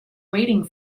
waiting